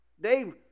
Dave